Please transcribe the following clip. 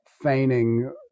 feigning